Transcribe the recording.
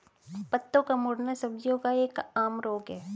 पत्तों का मुड़ना सब्जियों का एक आम रोग है